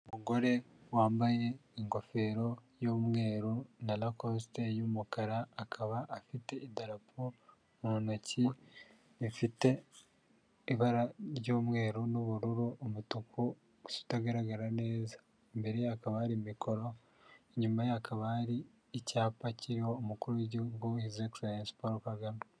Umugore wambaye ingofero y'umweru na lakosite y'umukara, akaba afite idarapo mu ntoki ifite ibara ry'umweru n'ubururu, umutuku utagaragara neza, imbere ye haakaba hari mikoro inyuma ye hakaba hari icyapa kiriho umukuru w'igihugu hizi ekiselense Paul Kagame.